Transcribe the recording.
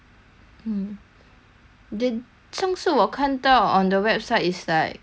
di~ 终时我看到 on the website is like hundred over dollar